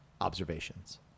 observations